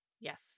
Yes